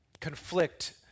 conflict